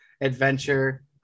adventure